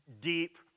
deep